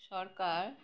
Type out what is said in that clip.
সরকার